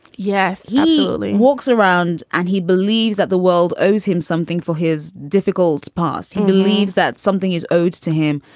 yes. he really walks around and he believes that the world owes him something for his difficult past. he believes that something is owed to him.